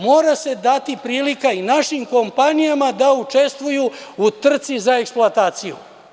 Mora se dati prilika i našim kompanijama da učestvuju u trci za eksploataciju.